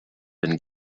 been